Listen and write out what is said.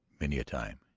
many a time,